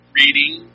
reading